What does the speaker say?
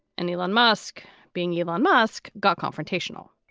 and elon musk being given musk got confrontational.